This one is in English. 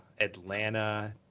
Atlanta